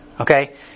okay